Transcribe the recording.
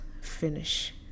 finish